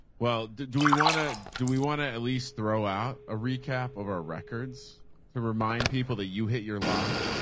well, do we want to, do we want to at least throw out a recap of our records to remind people that you hit your lock?